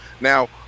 Now